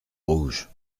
rouge